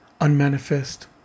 unmanifest